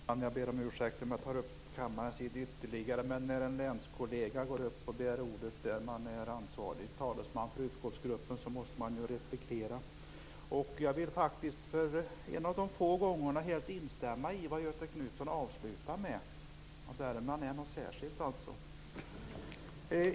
Fru talman! Jag ber om ursäkt om jag upptar kammarens tid ytterligare, men när en länskollega begär ordet måste man som ansvarig talare för utskottsgruppen replikera på ett sådant inlägg. Jag vill för en gångs skull helt instämma i det som Göthe Knutson avslutade med. Det är något särskilt med Värmland.